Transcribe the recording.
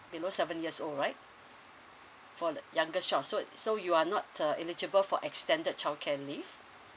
below seven years old right for the youngest child so so you are not uh eligible for extended childcare leave